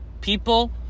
people